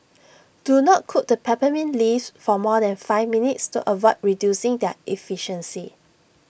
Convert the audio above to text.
do not cook the peppermint leaves for more than five minutes to avoid reducing their efficacy